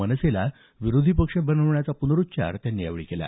मनसेला विरोधी पक्ष बनवण्याचा प्नरुच्चार त्यांनी यावेळी केला